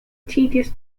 tedious